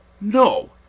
No